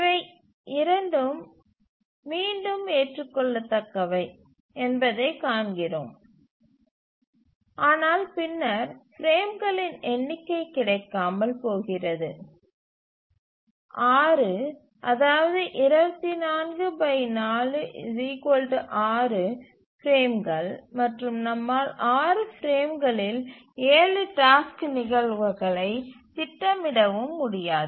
இவை இரண்டும் மீண்டும் ஏற்றுக்கொள்ளத்தக்கவை என்பதைக் காண்கிறோம் ஆனால் பின்னர் பிரேம்களின் எண்ணிக்கை கிடைக்காமல் போகிறது 6 அதாவது 244 6 பிரேம்கள் மற்றும் நம்மால் 6 பிரேம்களில் 7 டாஸ்க் நிகழ்வுகளை திட்டமிடவும் முடியாது